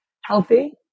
healthy